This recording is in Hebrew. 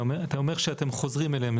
אתה אומר שחוזרים אליהם,